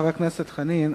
חבר הכנסת חנין,